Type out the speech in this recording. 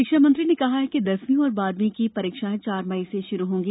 शिक्षामंत्री ने कहा कि दसवीं और बारहवीं की परीक्षाएं चार मई से शुरू होंगी